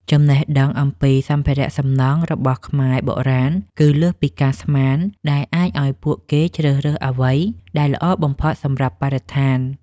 ចំណេះដឹងអំពីសម្ភារៈសំណង់របស់ខ្មែរបុរាណគឺលើសពីការស្មាន ដែលអាចឱ្យពួកគេជ្រើសរើសអ្វីដែលល្អបំផុតសម្រាប់បរិស្ថាន។